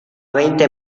veinte